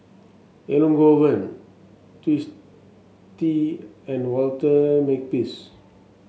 Elangovan Twisstii and Walter Makepeace